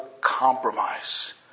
compromise